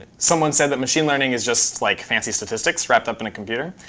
someone said that machine learning is just like fancy statistics wrapped up in a computer.